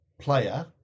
player